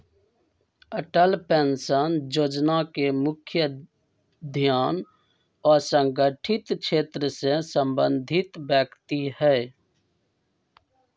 Atal pension जोजना के मुख्य ध्यान असंगठित क्षेत्र से संबंधित व्यक्ति हइ